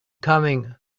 coming